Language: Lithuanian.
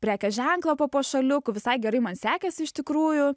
prekės ženklą papuošaliukų visai gerai man sekėsi iš tikrųjų